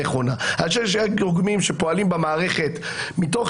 כשיש גורמים שפועלים במערכת מתוך